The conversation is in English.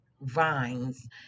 vines